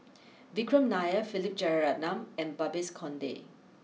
Vikram Nair Philip Jeyaretnam and Babes Conde